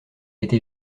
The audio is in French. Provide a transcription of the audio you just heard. été